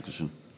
בבקשה.